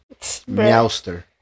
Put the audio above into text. Meowster